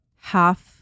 half